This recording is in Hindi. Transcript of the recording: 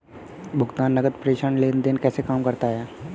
भुगतान नकद प्रेषण लेनदेन कैसे काम करता है?